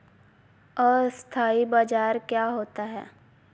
अस्थानी बाजार क्या होता है?